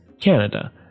Canada